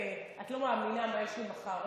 את לא מאמינה מה יש לי מחר.